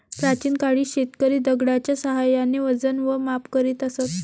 प्राचीन काळी शेतकरी दगडाच्या साहाय्याने वजन व माप करीत असत